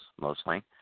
mostly